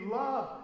love